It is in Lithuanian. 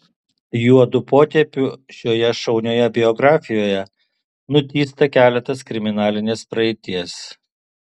juodu potėpiu šioje šaunioje biografijoje nutįsta keletas kriminalinės praeities